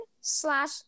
slash